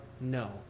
No